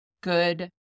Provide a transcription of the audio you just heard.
good